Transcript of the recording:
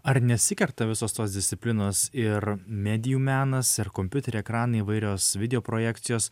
ar nesikerta visos tos disciplinos ir medijų menas ir kompiuterių ekranai įvairios video projekcijos